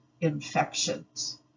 infections